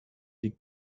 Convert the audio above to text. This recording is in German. die